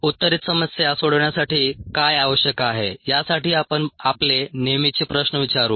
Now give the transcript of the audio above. उत्तरित समस्या सोडवण्यासाठी काय आवश्यक आहे यासाठी आपण आपले नेहमीचे प्रश्न विचारू